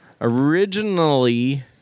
Originally